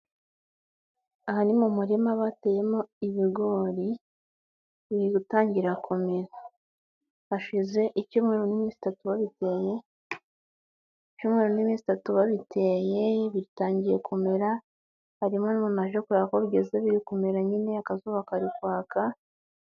Aha ni mu murima bateyemo ibigori, biri gutangira kumera, hashize icyumweru n'iminsi itatu babiteye, bitangiye kumera harimo umuntu waje kureba ko biri kumera, nyine n'akazuba kari kwaka.